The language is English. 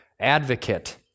advocate